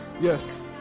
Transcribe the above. Yes